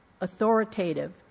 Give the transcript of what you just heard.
authoritative